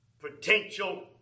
potential